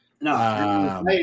No